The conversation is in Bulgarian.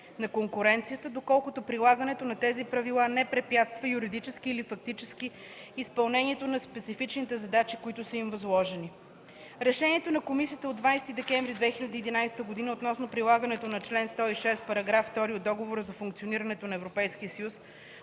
на конкуренцията, доколкото прилагането на тези правила не препятства юридически или фактически изпълнението на специфичните задачи, които са им възложени”. Решението на Комисията от 20 декември 2011 г. относно прилагането на чл. 106, параграф 2 от Договора за функционирането на Европейския съюз